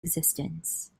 existence